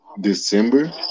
December